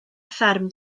fferm